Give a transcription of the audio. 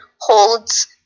holds